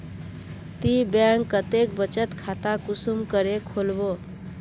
ती बैंक कतेक बचत खाता कुंसम करे खोलबो?